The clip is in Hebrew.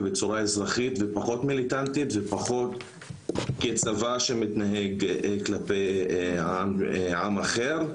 ובצורה אזרחית ופחות מיליטנטית ופחות כצבא שמתנהג כלפי עם אחר.